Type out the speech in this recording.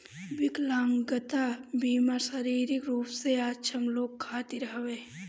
विकलांगता बीमा शारीरिक रूप से अक्षम लोग खातिर हवे